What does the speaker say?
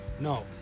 no